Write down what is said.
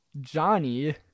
Johnny